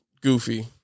goofy